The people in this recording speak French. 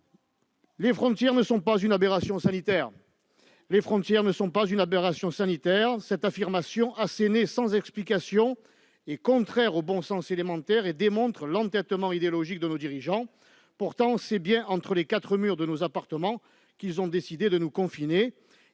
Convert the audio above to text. Les frontières ne sont pas une aberration sanitaire. Cette affirmation assénée sans explication est contraire au bon sens élémentaire et démontre l'entêtement idéologique de nos dirigeants. Pourtant, c'est bien entre les quatre murs de nos appartements qu'ils ont décidé de nous confiner,